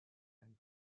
and